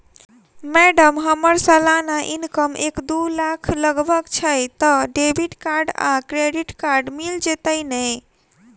Madam हम्मर सलाना income एक दु लाख लगभग छैय तऽ डेबिट कार्ड आ क्रेडिट कार्ड मिल जतैई नै?